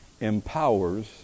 empowers